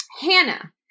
Hannah